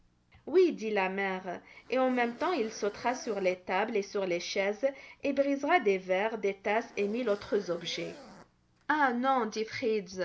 oui dit la mère et en même temps il sautera sur les tables et sur les chaises et brisera des verres des tasses et mille autres objets ah non